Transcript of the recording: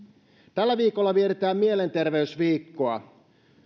tällä viikolla vietetään mielenterveysviikkoa